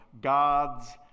God's